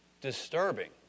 disturbing